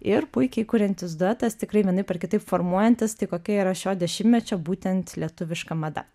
ir puikiai kuriantis duetas tikrai vienaip ar kitaip formuojantis tai kokia yra šio dešimtmečio būtent lietuviška mada